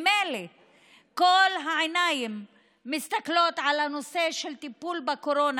כל העיניים מסתכלות על הנושא של הטיפול בקורונה